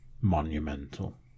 monumental